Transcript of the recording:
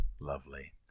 Lovely